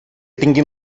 tinguin